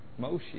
Moshe